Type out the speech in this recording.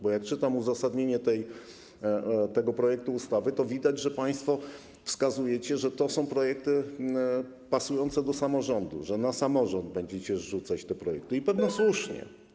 Bo jak czytam uzasadnienie tego projektu ustawy, to widać, że państwo wskazujecie, że to są projekty pasujące do samorządu, że na samorząd będziecie zrzucać te projekty, i pewno słusznie.